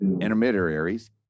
intermediaries